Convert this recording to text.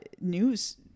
news